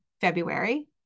February